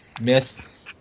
Miss